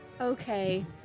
Okay